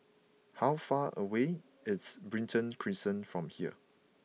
how far away is Brighton Crescent from here